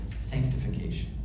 sanctification